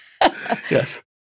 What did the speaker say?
yes